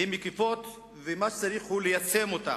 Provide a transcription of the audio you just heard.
הן מקיפות, ומה שצריך הוא ליישם אותן.